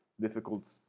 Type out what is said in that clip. difficult